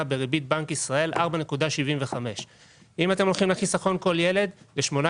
בריבית בנק ישראל 4.75%. אם אתם הולכים לחיסכון לכל ילד ל-18